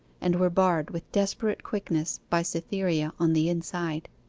and were barred with desperate quickness by cytherea on the inside.